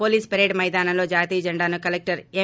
police parade మైదానంలో జాతీయ జెండాను కలెక్లర్ ఎం